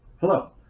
Hello